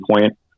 point